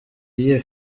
iyihe